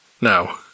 Now